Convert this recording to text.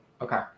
okay